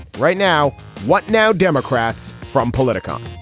right now what now. democrats from politico